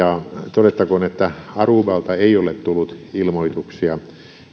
todettakoon että arubalta ei ole tullut ilmoituksia